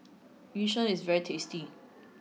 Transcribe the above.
yu sheng is very tasty